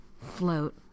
float